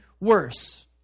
worse